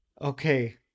Okay